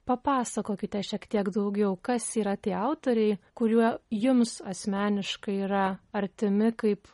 papasakokite šiek tiek daugiau kas yra tie autoriai kuriuo jums asmeniškai yra artimi kaip